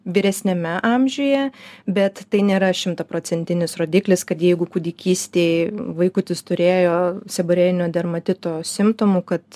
vyresniame amžiuje bet tai nėra šimtaprocentinis rodiklis kad jeigu kūdikystėj vaikutis turėjo seborėjinio dermatito simptomų kad